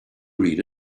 read